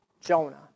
Jonah